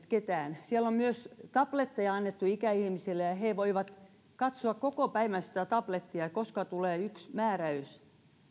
ketään siellä on myös tabletteja annettu ikäihmisille ja he voivat katsoa koko päivän sitä tablettia koska tulee yksi määräys